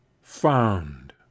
Found